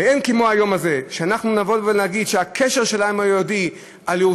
ואין כמו היום הזה לבוא ולהגיד שהקשר של העם היהודי לירושלים,